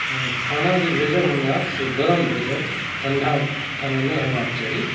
खाना जे भेजब हमरा से गरम भेजब ठंडा खाना नहि होयबाक चाही